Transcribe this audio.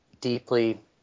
deeply